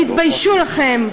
תתביישו לכם.